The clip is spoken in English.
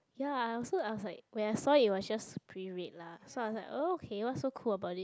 ya I also I was like when I saw it it was just pre rate lah so I was like oh okay what's so cool about it